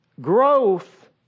growth